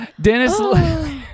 Dennis